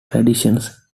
traditions